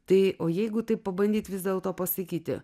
tai o jeigu taip pabandyti vis dėlto pasikeitė